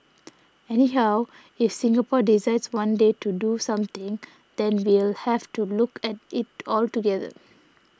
anyhow if Singapore decides one day to do something then we'll have to look at it altogether